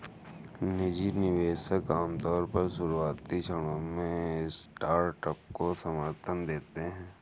निजी निवेशक आमतौर पर शुरुआती क्षणों में स्टार्टअप को समर्थन देते हैं